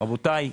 רבותיי,